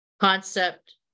concept